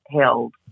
held